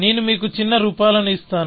నేను మీకు చిన్న రూపాలను ఇస్తాను